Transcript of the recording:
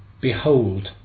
Behold